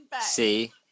See